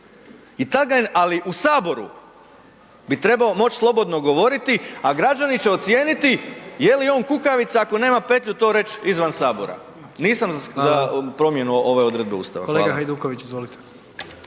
kukavica. Ali u Saboru bi trebao moći slobodno govoriti a građani će ocijeniti je li on kukavica ako nema petlju to reći izvan Sabora. Nisam za promjenu ove odredbe Ustava. Hvala. **Jandroković, Gordan